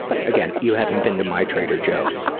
but again, you haven't been to my trader joe's.